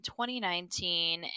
2019